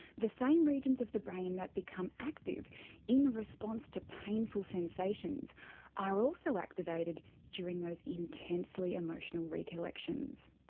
the same regions of the brain that become active in response to painful sensations are also activated during those intensely emotional recollections.